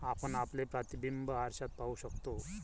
आपण आपले प्रतिबिंब आरशात पाहू शकतो